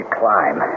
climb